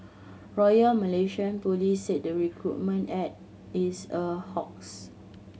Royal Malaysian Police said the recruitment ad is a hoax